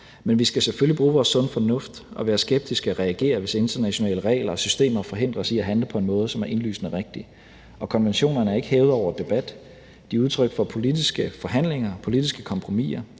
Men vi skal selvfølgelig bruge vores sunde fornuft og være skeptiske og reagere, hvis internationale regler og systemer forhindrer os i at handle på en måde, som er indlysende rigtig. Og konventionerne er ikke hævet over debat. De er udtryk for politiske forhandlinger, politiske kompromiser,